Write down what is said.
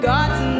God's